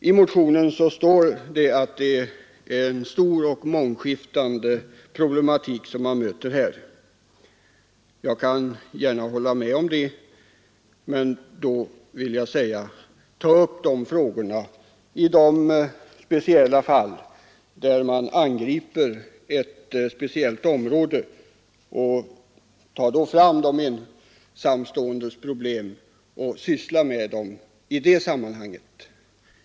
I motionen står det att det är en stor och mångskiftande problematik som man här möter. Jag kan gärna hålla med om det, men jag vill säga: Ta upp de frågorna var för sig i det sammanhang där ett speciellt område angrips, och ta då fram de ensamståendes problem och syssla med dem där.